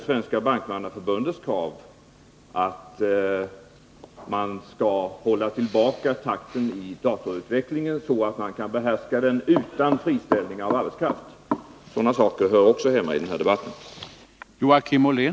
Svenska bankmannaförbundet har t.ex. krävt att man skall hålla tillbaka takten i datorutvecklingen, så att man kan behärska den utan friställning av arbetskraft. Sådana saker hör också hemma i den här debatten.